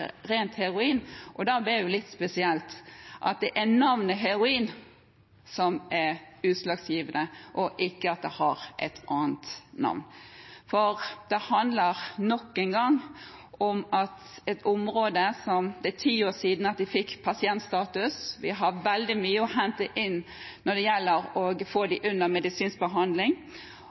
rent heroin. Da blir det jo litt spesielt at det er navnet «heroin» som er utslagsgivende, og ikke at det har et annet navn. For det handler nok en gang om et område som for ti år siden fikk pasientstatus. Vi har veldig mye å hente på å få dem under medisinsk behandling, og